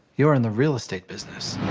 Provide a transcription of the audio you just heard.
you're in the real estate business.